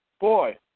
Boy